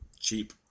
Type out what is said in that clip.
cheap